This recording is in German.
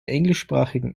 englischsprachigen